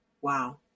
Wow